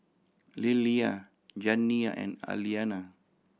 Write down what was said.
Lillia Janiya and Aliana